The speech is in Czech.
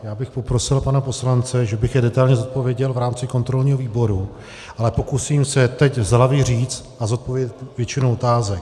Já bych poprosil pana poslance, že bych je detailně zodpověděl v rámci kontrolního výboru, ale pokusím se teď z hlavy říct a zodpovědět většinu otázek.